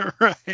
Right